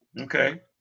Okay